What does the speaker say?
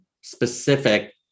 specific